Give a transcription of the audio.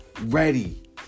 ready